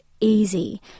easy